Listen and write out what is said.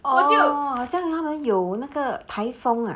orh 就像他们有那个台风 ah